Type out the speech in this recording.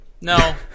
no